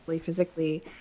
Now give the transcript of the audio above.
physically